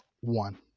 One